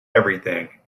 everything